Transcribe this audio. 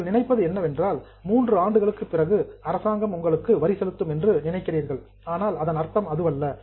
நீங்கள் நினைப்பது என்னவென்றால் மூன்று ஆண்டுகளுக்குப் பிறகு அரசாங்கம் உங்களுக்கு வரி செலுத்தும் என்று நினைக்கிறீர்கள் ஆனால் அதன் அர்த்தம் அதுவல்ல